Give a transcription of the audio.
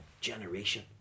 generation